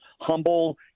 humble